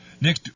Nick